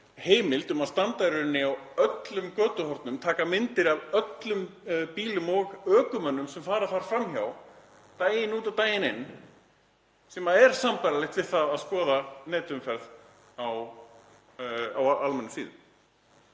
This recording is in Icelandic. heimild um að standa í rauninni á öllum götuhornum, taka myndir af öllum bílum og ökumönnum sem fara þar fram hjá daginn út og daginn inn, sem er sambærilegt við það að skoða netumferð á almennum síðum.